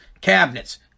Cabinets